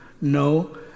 No